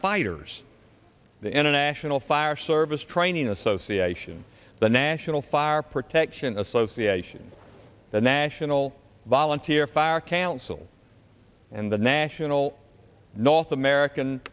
firefighters the international fire service training association the national fire protection association the national volunteer fire council and the national north american